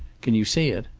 can you see it?